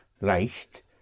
leicht